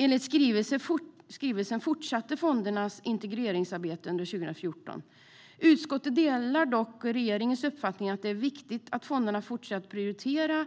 Enligt skrivelsen fortsatte fondernas integreringsarbete under 2014. Utskottet delar dock regeringens uppfattning att det är viktigt att fonderna fortsätter att prioritera